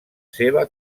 seva